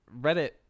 Reddit